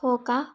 हो का